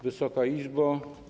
Wysoka Izbo!